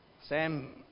Sam